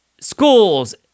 schools